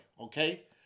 Okay